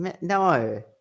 no